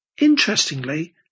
Interestingly